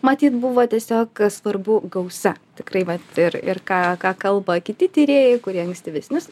matyt buvo tiesiog kas svarbu gausa tikrai vat ir ir ką ką kalba kiti tyrėjai kurie ankstyvesnius